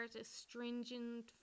astringent